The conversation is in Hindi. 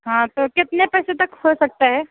हाँ तो कितने पैसे तक हो सकता है